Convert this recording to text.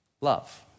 love